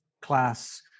class